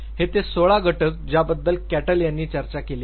हे ते 16 घटक ज्याबद्दल कॅटल यांनी चर्चा केली आहे